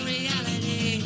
Reality